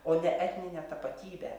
o ne etninę tapatybę